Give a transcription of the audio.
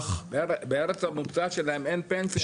בארץ המוצא שלהם אין פנסיה בכלל.